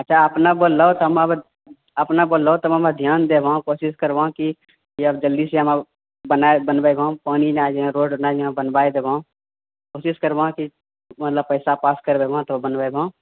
अच्छा अपना बोललहौ तऽ हम अपना बोललहौं तऽ हम ध्यान देबह कोशिश करबह कि यहाँ जल्दीसँ हम आबऽ बनाय बनबे हम पानी यहाँ रोड यहाँ बनबाय देबहौं कोशिश करबह कि मतलब पैसा पास कर मेमह तब बनमेबह